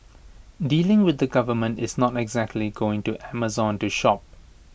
dealing with the government is not exactly going to Amazon to shop